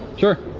sure.